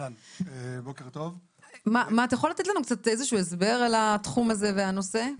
אתה יכול לתת לנו איזשהו הסבר על התחום הזה והנושא?